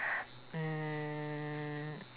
mm